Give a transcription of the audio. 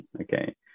okay